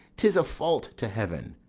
tis a fault to heaven,